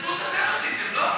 את ההתנתקות אתם עשיתם, לא?